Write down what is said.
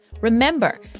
Remember